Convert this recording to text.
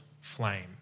flame